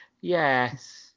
Yes